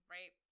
Right